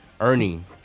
Ernie